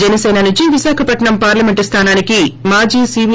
జనసిన నుంచి విశాఖపట్పం పార్లమేంట్ న్లానానికి మాజీ సిబి